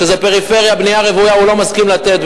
כשזה פריפריה ובנייה רוויה הוא לא מסכים לתת.